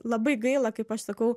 labai gaila kaip aš sakau